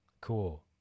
Cool